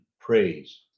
praise